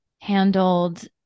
handled